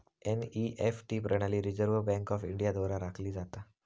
NEFT प्रणाली reserve bank of India द्वारा राखली जाता